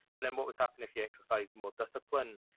and then what would happen if you exercised more discipline,